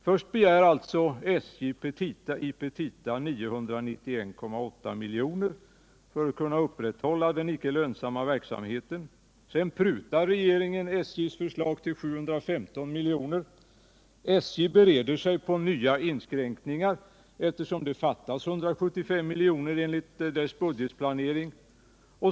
Först begär alltså SJ i petita 991,8 miljoner för att kunna upprätthålla den icke lönsamma verksamheten. Sedan prutar regeringen SJ:s förslag till 715 milj.kr. SJ bereder sig på nya inskränkningar, eftersom det fattas 175 miljoner enligt dess budgetplanering.